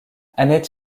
annette